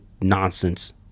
nonsense